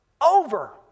over